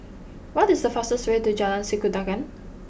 what is the faster way to Jalan Sikudangan